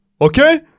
Okay